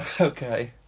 Okay